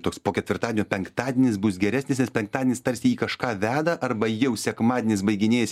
toks po ketvirtadienio penktadienis bus geresnis nes penktadienis tarsi į kažką veda arba jau sekmadienis baiginėjasi